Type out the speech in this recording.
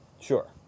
Sure